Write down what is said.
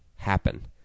happen